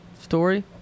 story